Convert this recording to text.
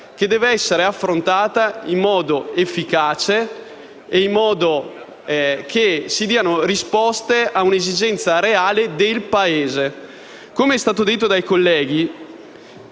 che deve essere affrontata in modo efficace e dando risposte a una domanda reale del Paese. Come è stato detto dai colleghi,